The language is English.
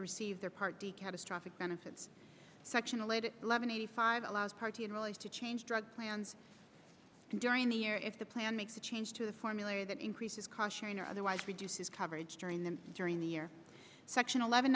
receive their party catastrophic benefits section allayed eleven eighty five allows party enrollees to change drug plans during the year if the plan makes a change to the formulary that increases caution or otherwise reduces coverage during the during the year section eleven